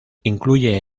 incluye